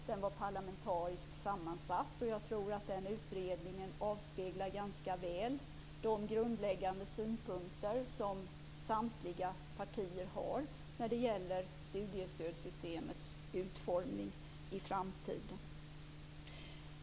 Den var parlamentariskt sammansatt, och jag tror att den avspeglar ganska väl de grundläggande synpunkter som samtliga partier har på studiestödssystemets utformning i framtiden.